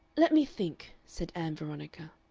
let me think, said ann veronica.